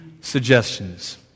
suggestions